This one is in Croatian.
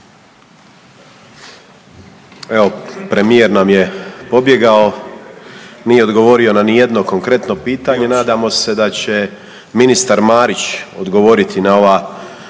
Evo, premijer nam je pobjegao, nije odgovorio na ni jedno konkretno pitanje, nadamo se da će ministar Marić odgovoriti na ova